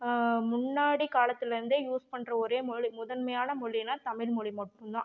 முன்னாடி காலத்திலேருந்தே யூஸ் பண்ணுற ஒரே மொழி முதன்மையான மொழினா தமிழ்மொழி மட்டும்தான்